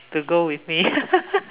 to go with me